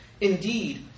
Indeed